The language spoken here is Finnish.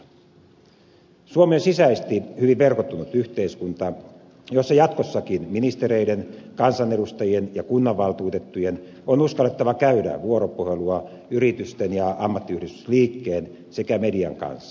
suomi on sisäisesti hyvin verkottunut yhteiskunta jossa jatkossakin ministereiden kansanedustajien ja kunnanvaltuutettujen on uskallettava käydä vuoropuhelua yritysten ja ammattiyhdistysliikkeen sekä median kanssa